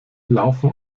laufen